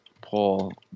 Paul